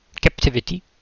captivity